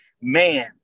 man